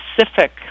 Specific